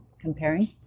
comparing